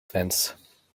fence